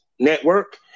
Network